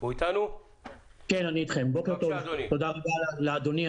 תודה רבה לאדוני,